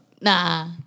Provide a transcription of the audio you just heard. nah